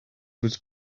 was